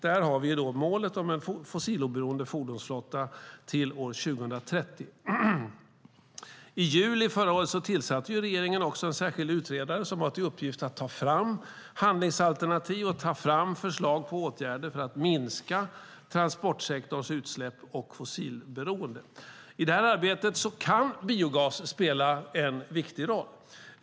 Där har vi målet om en fossiloberoende fordonsflotta till år 2030. I juli förra året tillsatta regeringen en särskild utredare som har till uppgift att ta fram handlingsalternativ och förslag på åtgärder för att minska transportsektorns utsläpp och fossilberoende. I det arbetet kan biogas spela en viktig roll.